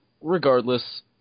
Regardless